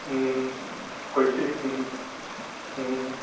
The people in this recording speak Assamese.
ও কৈছে ও ও